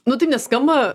nu tai neskamba